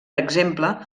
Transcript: exemple